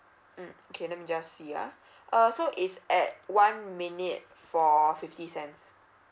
mm okay let me just see ah uh so it's at one minute for fifty cents